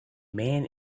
man